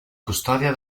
custòdia